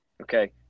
Okay